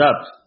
up